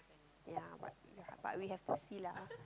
ya but but we have to see lah